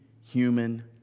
human